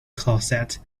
closet